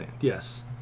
Yes